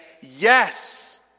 yes